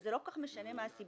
וזה לא כל כך משנה מה הסיבה.